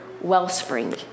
wellspring